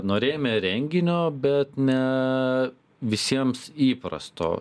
norėjome renginio bet ne visiems įprasto